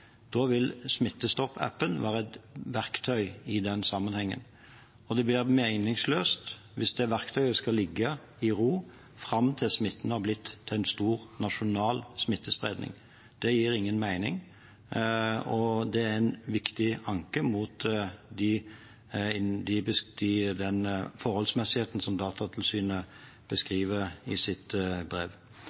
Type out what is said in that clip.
vil Smittestopp-appen være et verktøy. Og det blir meningsløst hvis det verktøyet skal ligge i ro fram til smitten har blitt til en stor nasjonal smittespredning. Det gir ingen mening, og det er en viktig anke mot den forholdsmessigheten som Datatilsynet beskriver i sitt brev.